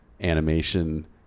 animation